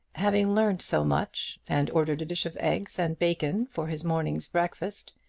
having learned so much, and ordered a dish of eggs and bacon for his morning's breakfast,